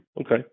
Okay